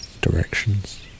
directions